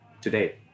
today